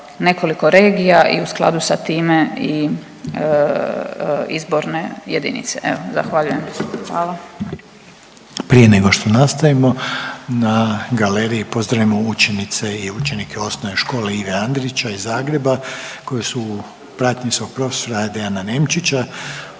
nekoliko regija i u skladu sa time i izborne jedinice. Evo, zahvaljujem. **Reiner, Željko (HDZ)** Prije nego što nastavimo, na galeriji pozdravimo učenice i učenike Osnovne škole Ive Andrića iz Zagreba koji su u pratnji s profesora Dejana Nemčića